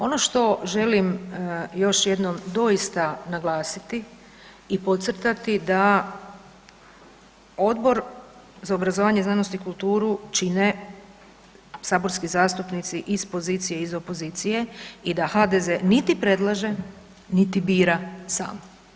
Ono što što želim još jednom doista naglasiti i podcrtati da Odbor za obrazovanje, znanost i kulturu čine saborski zastupnici iz pozicije i iz opozicije i da HDZ niti predlaže niti bira sam.